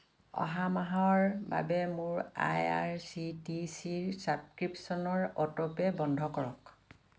অহা মাহৰ বাবে মোৰ I R C T C ছাবক্ৰিপশ্য়নৰ অটোপে' বন্ধ কৰক